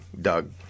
doug